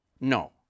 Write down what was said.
No